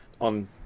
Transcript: on